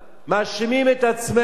מאשימים את עצמנו?